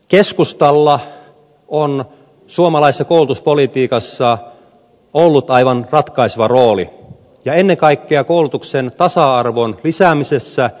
keskustalla on suomalaisessa koulutuspolitiikassa ollut aivan ratkaiseva rooli ja ennen kaikkea koulutuksen tasa arvon lisäämisessä